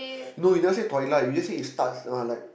no you don't say twilight you just say it's start twilight